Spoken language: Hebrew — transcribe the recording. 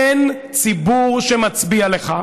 אין ציבור שמצביע לך,